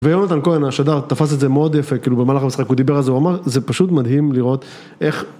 ויונתן כהן השדר תפס את זה מאוד יפה, כאילו במהלך המשחק הוא דיבר על זה, הוא אמר זה פשוט מדהים לראות איך